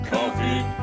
Coffee